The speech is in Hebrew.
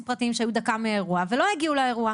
פרטיים שהיו דקה מהאירוע ולא הגיעו לאירוע,